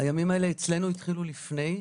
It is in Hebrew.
הימים האלה אצלנו התחילו לפני,